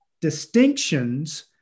distinctions